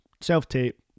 self-tape